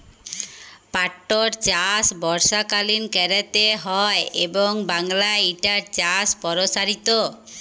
পাটটর চাষ বর্ষাকালীন ক্যরতে হয় এবং বাংলায় ইটার চাষ পরসারিত